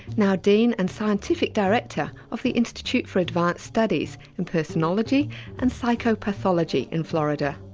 now dean and scientific director of the institute for advanced studies in personology and psychopathology in florida.